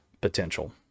potential